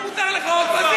אז מותר לך עוד פעם.